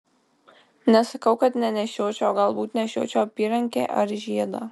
nesakau kad nenešiočiau galbūt nešiočiau apyrankę ar žiedą